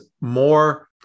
more